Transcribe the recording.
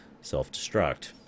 self-destruct